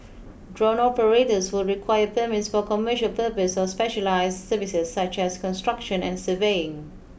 drone operators would require permits for commercial purpose or specialised services such as construction and surveying